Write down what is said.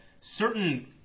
certain